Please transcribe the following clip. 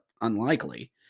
unlikely